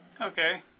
Okay